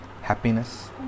Happiness